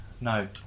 No